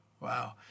wow